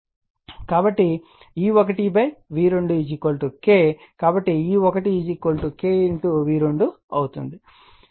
కాబట్టి E1 V2 K కాబట్టి E1 K V2 అవుతుంది